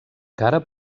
cara